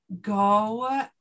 go